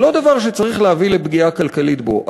זה לא דבר שצריך להביא לפגיעה כלכלית בו.